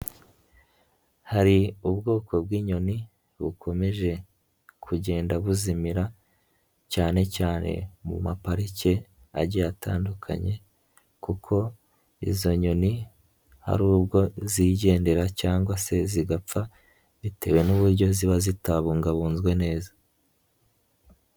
Hari ubwoko bw'inyoni bukomeje kugenda buzimira cyane cyane mu maparike agiye atandukanye kuko izo nyoni hari ubwo zigendera cyangwa se zigapfa bitewe n'uburyo ziba zitabungabunzwe neza.